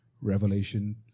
Revelation